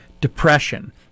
depression